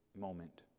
moment